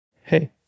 Hey